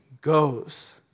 goes